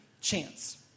chance